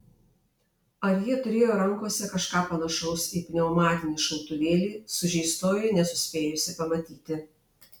ar jie turėjo rankose kažką panašaus į pneumatinį šautuvėlį sužeistoji nespėjusi pamatyti